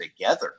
together